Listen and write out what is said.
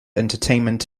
entertainment